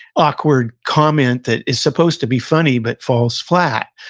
awkward comment that is supposed to be funny, but falls flat.